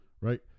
right